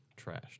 trashed